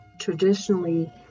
traditionally